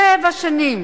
שבע שנים